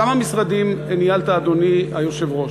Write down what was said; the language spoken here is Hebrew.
כמה משרדים ניהלת, אדוני היושב-ראש?